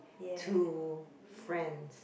to friends